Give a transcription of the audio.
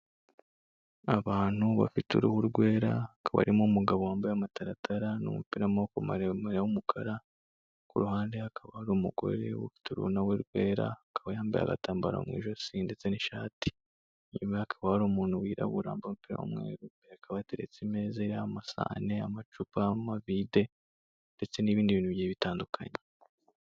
Abantu bafite uruhu rwera, hakaba harimo umugabo wambaye amataratara n'umupira w'amaboko maremare w'umukara, ku ruhande hakaba hari umugore ufite uruhu na we rwera, akaba yambaye agatambaro mu ijosi ndetse n'ishati. Inyuma ye hakaba hari umuntu wirabura wambaye umupira w'umweru, imbere hakaba hateretse imeza iriho amasahani, amacupa, amavide ndetse n'ibindi bintu bigiye bitandukanye.